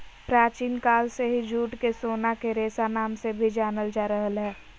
प्राचीन काल से ही जूट के सोना के रेशा नाम से भी जानल जा रहल हय